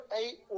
eight